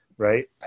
Right